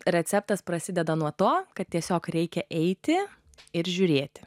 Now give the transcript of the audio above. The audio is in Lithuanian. receptas prasideda nuo to kad tiesiog reikia eiti ir žiūrėti